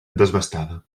desbastada